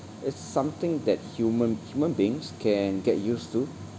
it's something that human human beings can get used to